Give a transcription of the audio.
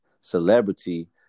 celebrity